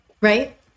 right